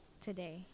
today